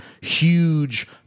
huge